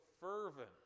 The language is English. fervent